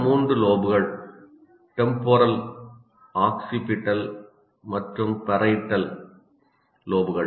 மற்ற மூன்று லோப்கள் டெம்போரல் ஆக்ஸிபிடல் மற்றும் பாரிட்டல் லோப்கள்